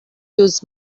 use